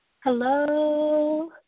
Hello